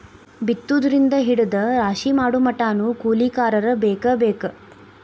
ಬಿತ್ತುದರಿಂದ ಹಿಡದ ರಾಶಿ ಮಾಡುಮಟಾನು ಕೂಲಿಕಾರರ ಬೇಕ ಬೇಕ